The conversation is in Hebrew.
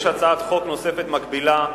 יש הצעת חוק נוספת, מקבילה,